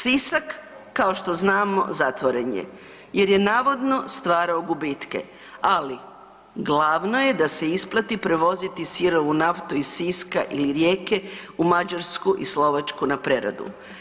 Sisak kao što znamo zatvoren je jer je navodno stvarao gubitke, ali glavno je da se isplati prevoziti sirovu naftu iz Siska ili Rijeke u Mađarsku ili Slovačku na preradu.